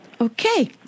Okay